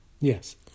Yes